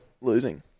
losing